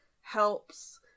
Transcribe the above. helps